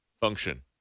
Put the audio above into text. function